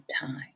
time